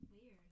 weird